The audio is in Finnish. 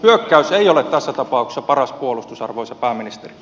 hyökkäys ei ole tässä tapauksessa paras puolustus arvoisa pääministeri